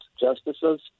justices